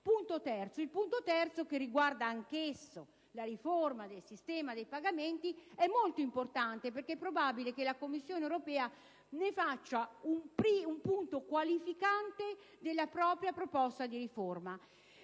Il terzo punto, anch'esso inerente la riforma del sistema dei pagamenti, è molto importante, perché è probabile che la Commissione europea ne faccia un punto qualificante della propria proposta di riforma.